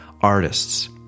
artists